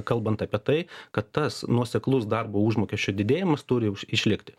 kalbant apie tai kad tas nuoseklus darbo užmokesčio didėjimas turi išlikti